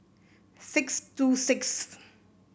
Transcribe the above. six two six